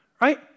Right